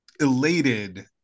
elated